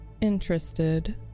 interested